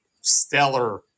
stellar